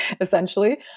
essentially